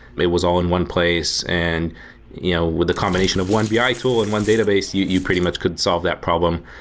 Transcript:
it was all in one place. and you know with a combination of one bi tool and one database, you you pretty much could solve that problem,